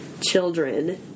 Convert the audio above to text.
Children